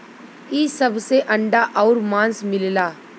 इ सब से अंडा आउर मांस मिलला